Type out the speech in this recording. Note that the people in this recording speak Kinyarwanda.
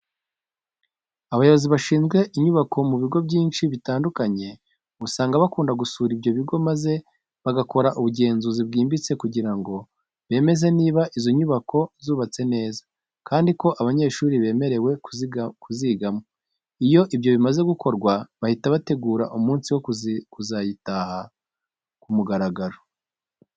Abayobozi bashinzwe inyubako mu bigo byinshi bitandukanye, usanga bakunda gusura ibyo bigo maze bagakora ubugenzuzi bwimbitse kugira ngo bemeze niba izo nyubako zubatse neza, kandi ko abanyeshuri bemerewe kuzigiramo. Iyo ibyo bimaze gukorwa, bahita bategura umunsi wo kuzayitaha ku mugaragaro.